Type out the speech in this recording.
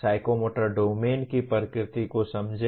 psychomotor domain की प्रकृति को समझें